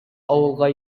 авылга